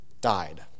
died